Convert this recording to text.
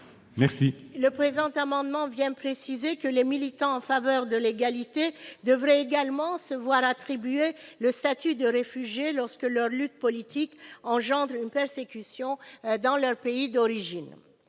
». Nous souhaitons préciser que les militants en faveur de l'égalité devraient également se voir attribuer le statut de réfugié, lorsque leur lutte politique engendre une persécution dans leurs pays d'origine.